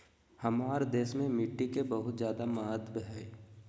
हमार देश में मिट्टी के बहुत जायदा महत्व हइ